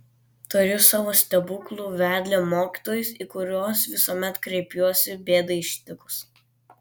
turiu savo stebuklų vedlio mokytojus į kuriuos visuomet kreipiuosi bėdai ištikus